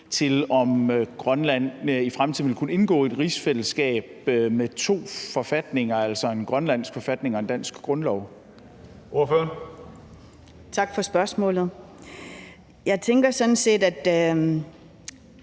til, om Grønland i fremtiden ville kunne indgå i et rigsfællesskab med to forfatninger, altså en grønlandsk forfatning og en dansk grundlov. Kl. 22:54 Tredje næstformand (Karsten